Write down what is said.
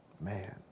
Man